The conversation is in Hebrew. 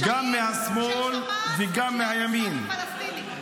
פשעים של חמאס וג'יהאד אסלאמי פלסטיני,